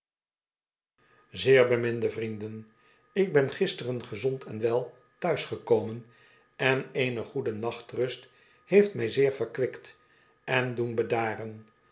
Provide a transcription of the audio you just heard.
zeer beminde vrienden ik ben gisteren gezond en wel thuis gekomen en eene goede nachtrust heeft mij zeer verkwikt en doen